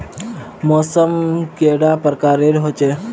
मौसम कैडा प्रकारेर होचे?